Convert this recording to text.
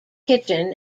kitchen